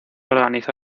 organizó